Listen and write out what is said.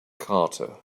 carter